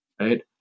Right